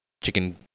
chicken